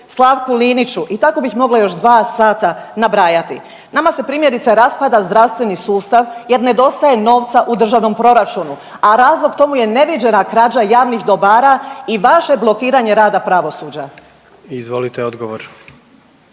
Slavku Liniću i tako bih mogla još 2 sata nabrajati. Nama se primjerice raspada zdravstveni sustav jer nedostaje novca u državnom proračunu, a razlog tomu je neviđena krađa javnih dobara i vaše blokiranje rada pravosuđa. **Jandroković,